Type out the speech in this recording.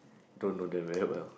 don't know them very well